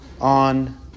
on